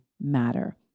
matter